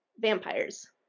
Vampires